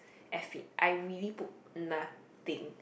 f it I really put nothing